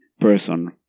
person